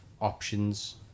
options